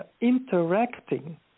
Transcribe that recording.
interacting